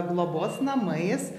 globos namais